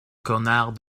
connard